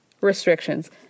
restrictions